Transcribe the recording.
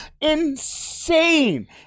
insane